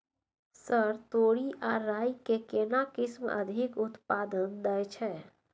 Sir तोरी आ राई के केना किस्म अधिक उत्पादन दैय छैय?